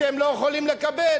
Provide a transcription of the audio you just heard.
אתם לא יכולים לקבל.